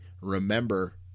remember